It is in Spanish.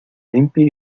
limpio